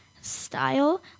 style